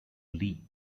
lee